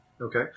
Okay